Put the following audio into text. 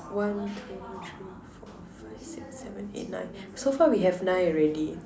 one two three four five six seven eight nine so far we have nine already